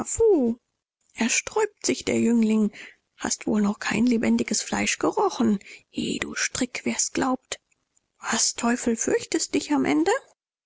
er sträubt sich der jüngling hast wohl noch kein lebendiges fleisch gerochen he du strick wer's glaubt was teufel fürchtest dich am ende